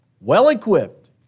well-equipped